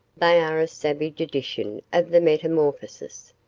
they are a savage edition of the metamorphoses,